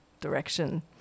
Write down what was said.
direction